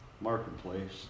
marketplace